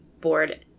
board